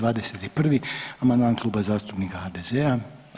21. amandman Kluba zastupnika HDZ-a.